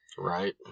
Right